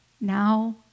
now